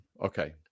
Okay